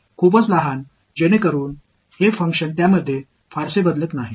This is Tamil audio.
எனவே நான் அதை எவ்வாறு அழைக்க முடியும்